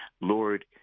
Lord